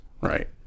right